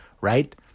right